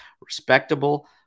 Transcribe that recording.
respectable